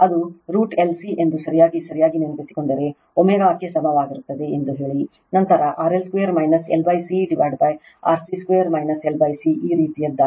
ಅದು √L C ಎಂದು ಸರಿಯಾಗಿ ಸರಿಯಾಗಿ ನೆನಪಿಸಿಕೊಂಡರೆ ω ಗೆ ಸಮನಾಗಿರುತ್ತದೆ ಎಂದು ಹೇಳಿ ನಂತರ RL2 LC RC2 LC ಈ ರೀತಿಯದ್ದಾಗಿದೆ